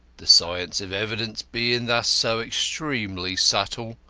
the science of evidence being thus so extremely subtle,